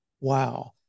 Wow